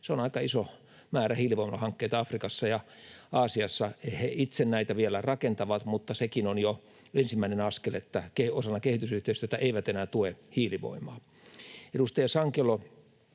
Se on aika iso määrä hiilivoimalahankkeita Afrikassa ja Aasiassa. He itse näitä vielä rakentavat, mutta sekin on jo ensimmäinen askel, että osana kehitysyhteistyötä eivät enää tue hiilivoimaa. Edustaja Sankelo